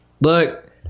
look